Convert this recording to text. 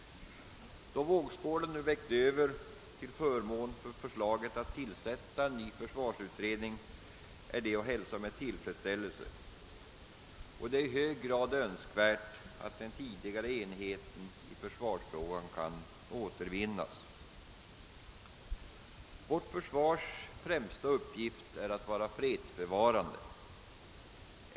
Då vågskålen nu vägt över till förmån för förslaget att tillsätta en ny sådan utredning är detta att hälsa med tillfredsställelse. Det är i hög grad önskvärt att den tidigare enigheten i försvarsfrågan kan återvinnas. Vårt försvars främsta uppgift är att vara fredsbevarande.